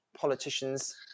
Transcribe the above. politicians